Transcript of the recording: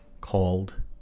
called